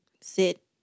sit